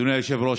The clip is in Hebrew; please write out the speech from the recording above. אדוני היושב-ראש,